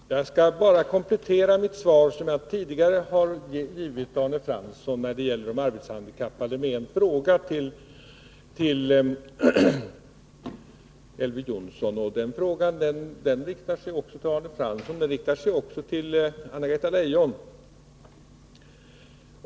Herr talman! Jag skall bara komplettera det svar som jag tidigare har givit Arne Fransson när det gäller de arbetshandikappade med en fråga. Jag riktar den till Elver Jonsson men också till Arne Fransson och till Anna-Greta Leijon.